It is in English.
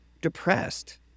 depressed